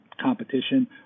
competition